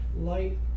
light